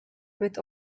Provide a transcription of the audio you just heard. with